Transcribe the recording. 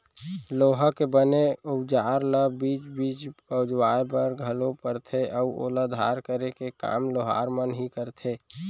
लोहा के बने अउजार ल बीच बीच पजवाय बर घलोक परथे अउ ओला धार करे के काम लोहार मन ही करथे